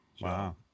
wow